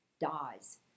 dies